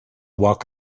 walk